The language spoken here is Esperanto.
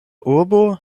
urbo